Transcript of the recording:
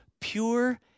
pure